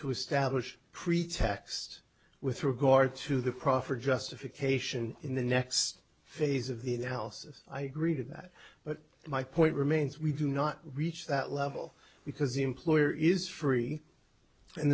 to establish a pretext with regard to the proffer justification in the next phase of the analysis i agree to that but my point remains we do not reach that level because the employer is free and